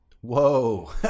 Whoa